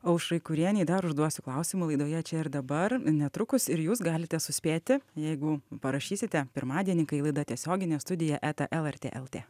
aušrai kurienei dar užduosiu klausimų laidoje čia ir dabar netrukus ir jūs galite suspėti jeigu parašysite pirmadienį kai laida tiesioginė studija eta lrt lt